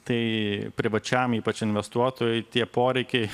tai privačiam ypač investuotojui tie poreikiai